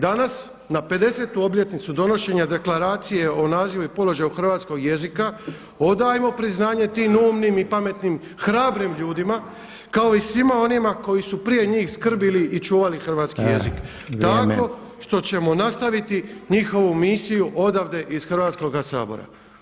Danas, na 50-tu obljetnicu donošenja Deklaracije o nazivu i položaju hrvatskog jezika odajmo priznanje tim umnim i pametnim, hrabrim ljudima kao i svima onima koji su prije njih skrbili i čuvali hrvatski jezik tako što ćemo nastaviti njihovu misiju odavde iz Hrvatskoga sabora.